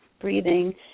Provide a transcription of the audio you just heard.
breathing